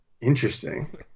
interesting